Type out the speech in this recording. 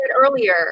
earlier